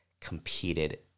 Competed